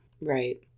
right